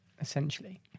essentially